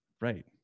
Right